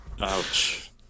Ouch